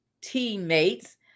teammates